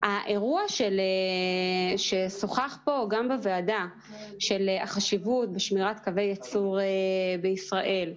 האירוע ששוחח פה בוועדה של החשיבות בשמירת קווי ייצור בישראל,